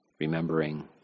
remembering